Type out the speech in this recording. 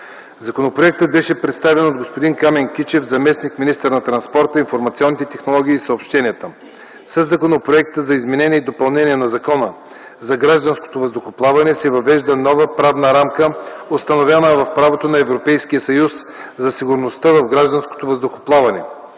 Законопроектът беше представен от господин Камен Кичев – заместник-министър на транспорта, информационните технологии и съобщенията. Със законопроекта за изменение и допълнение на Закона за гражданското въздухоплаване се въвежда новата правна рамка, установена в правото на Европейския съюз за сигурността в гражданското въздухоплаване.